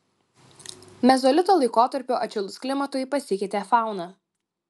mezolito laikotarpiu atšilus klimatui pasikeitė fauna